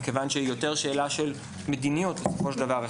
מכיוון שהיא שאלה יותר של מדיניות בסופו של דבר.